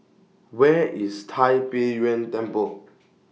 Where IS Tai Pei Yuen Temple